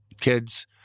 kids